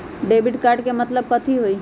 Debit card के मतलब कथी होई?